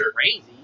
crazy